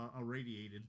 irradiated